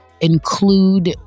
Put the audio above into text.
include